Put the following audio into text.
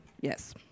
yes